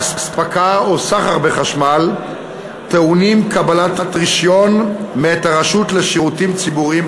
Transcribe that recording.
אספקה או סחר בחשמל טעונים קבלת רישיון מאת הרשות לשירותים ציבוריים,